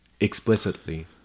explicitly